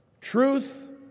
Truth